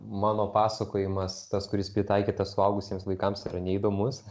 mano pasakojimas tas kuris pritaikytas suaugusiems vaikams yra neįdomus